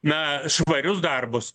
na švarius darbus